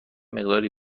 مقداری